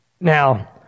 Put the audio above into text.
Now